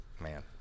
Man